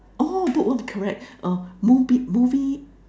oh book what correct uh movie movie